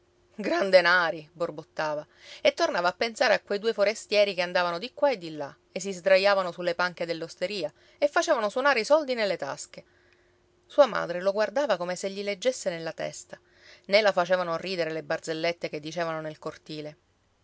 gran denari borbottava e tornava a pensare a quei due forestieri che andavano di qua e di là e si sdraiavano sulle panche dell'osteria e facevano suonare i soldi nelle tasche sua madre lo guardava come se gli leggesse nella testa né la facevano ridere le barzellette che dicevano nel cortile